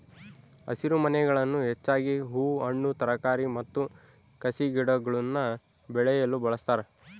ಹಸಿರುಮನೆಗಳನ್ನು ಹೆಚ್ಚಾಗಿ ಹೂ ಹಣ್ಣು ತರಕಾರಿ ಮತ್ತು ಕಸಿಗಿಡಗುಳ್ನ ಬೆಳೆಯಲು ಬಳಸ್ತಾರ